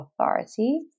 authority